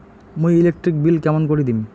মুই electric bill কেমন করি দিম?